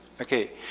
Okay